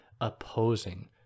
opposing